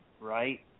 right